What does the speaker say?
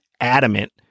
adamant